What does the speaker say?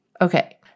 Okay